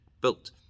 built